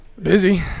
Busy